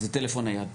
זה טלפון נייד.